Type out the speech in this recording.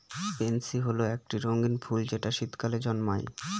pansy হল একটি রঙ্গীন ফুল যেটা শীতকালে জন্মায়